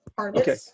Okay